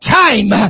time